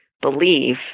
believe